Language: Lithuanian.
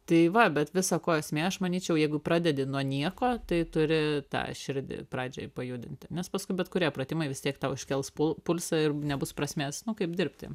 tai va bet visa ko esmė aš manyčiau jeigu pradedi nuo nieko tai turi tą širdį pradžioj pajudinti nes paskui bet kurie pratimai vis tiek tau iškels pul pulsą ir nebus prasmės nu kaip dirbti